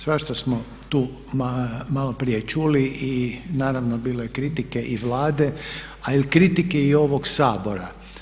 Svašta smo tu maloprije čuli i naravno bilo je kritike i Vlade, ali i kritike ovog Sabora.